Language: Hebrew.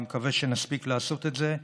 אני מקווה שנספיק לעשות את זה,